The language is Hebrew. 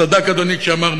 צדק אדוני כשאמר,